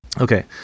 Okay